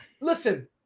Listen